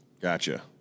Gotcha